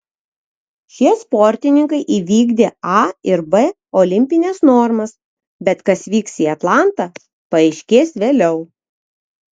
šie sportininkai įvykdė a ir b olimpines normas bet kas vyks į atlantą paaiškės vėliau